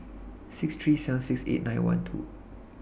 six three seven six eight nine one two